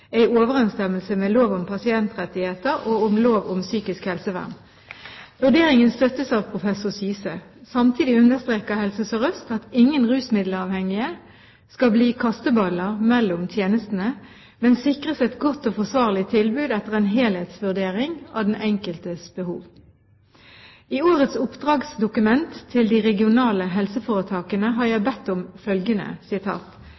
overensstemmelse med lov om pasientrettigheter og lov om psykisk helsevern. Vurderingen støttes av professor Syse. Samtidig understreker Helse Sør-Øst at ingen rusmiddelavhengige skal bli «kasteballer» mellom tjenestene, men sikres et godt og forsvarlig tilbud etter en helhetsvurdering av den enkeltes behov. I årets oppdragsdokument til de regionale helseforetakene har jeg